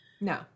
No